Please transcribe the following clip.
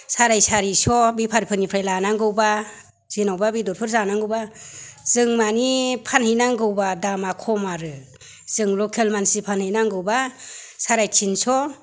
साराय सारिस' बेफारिफोरनिफ्राय लानांगौबा जेनेबा बेदरफोर जानांगौबा जों माने फानहैनांगौबा दामआ खम आरो जों लकेल मानसि फानहैनांगौबा साराय तिनस'